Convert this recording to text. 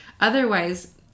Otherwise